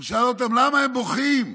הוא שאל: למה הם בוכים,